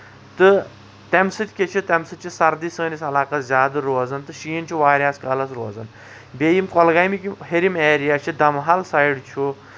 تہٕ تَمہِ سۭتۍ کیٚاہ چُھ تَمہِ سۭتۍ چھُ سردی سٲنِس علاقَس زیادٕ روزان تہٕ شیٖن چھُ واریاہَس کالَس روزان بیٚیہِ کۄلگامِکۍ یِم ہیٚرِم ایٚریا چھِ دمہال سایڈ چھُ